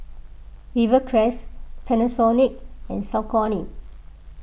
Rivercrest Panasonic and Saucony